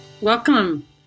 Welcome